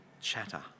chatter